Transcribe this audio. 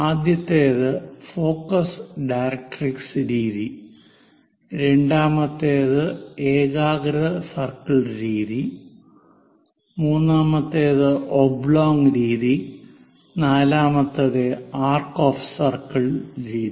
ആദ്യത്തേത് focus directrix രീതി രണ്ടാമത്തേത് ഏകാഗ്ര സർക്കിൾ രീതി മൂന്നാമത്തേത് ഒബ്ലോങ് രീതി നാലാമത്തേത് ആർക്ക് ഓഫ് സർക്കിൾ രീതി